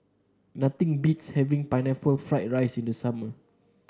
nothing beats having Pineapple Fried Rice in the summer